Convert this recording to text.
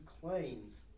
claims